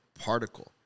particle